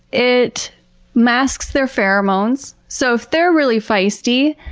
it masks their pheromones. so, if they're really feisty,